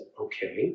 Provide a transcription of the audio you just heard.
Okay